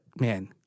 man